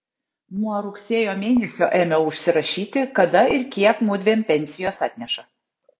nuo rugsėjo mėnesio ėmiau užsirašyti kada ir kiek mudviem pensijos atneša